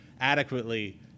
adequately